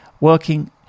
Working